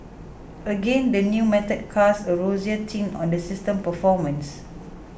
again the new method casts a rosier tint on the system's performance